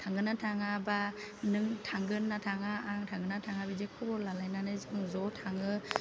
थांगोन्ना थाङा बा नों थांगोन्ना थाङा आं थांगोन्ना थाङा बिदि खबर लालायनानै जोङो ज' थाङो